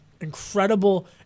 incredible